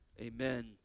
Amen